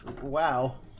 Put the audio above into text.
wow